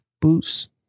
boots